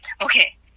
okay